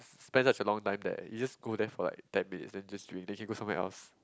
spend such a long time that you just go there for like ten minutes then just drink then can go somewhere else